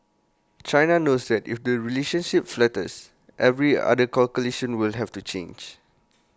China knows that if the relationship falters every other calculation will have to change